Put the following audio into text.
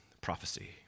prophecy